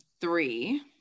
three